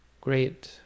great